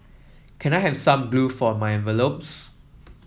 can I have some glue for my envelopes